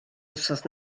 wythnos